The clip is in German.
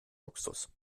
luxus